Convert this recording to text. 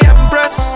Empress